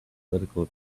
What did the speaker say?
political